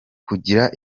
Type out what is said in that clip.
kugira